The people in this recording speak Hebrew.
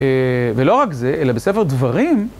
ולא רק זה, אלא בספר דברים